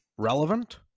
Relevant